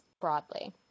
broadly